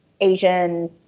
Asian